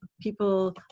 people